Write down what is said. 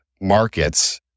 markets